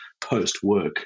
post-work